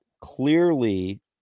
clearly